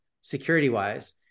security-wise